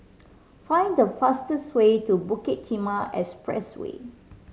find the fastest way to Bukit Timah Expressway